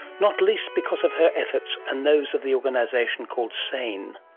not least because of her efforts and those of the organisation called sane.